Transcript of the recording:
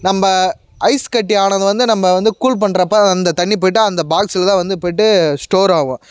நம்ம ஐஸ் கட்டி ஆனதை வந்து நம்ம வந்து கூல் பண்ணுறப்ப அந்த தண்ணி போயிட்டு அந்த பாக்ஸில் தான் வந்து போயிட்டு ஸ்டோர் ஆகும்